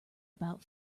about